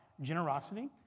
generosity